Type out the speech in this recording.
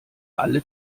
alle